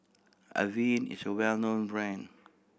Avene is a well known brand